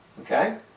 okay